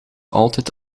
altijd